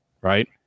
right